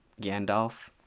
Gandalf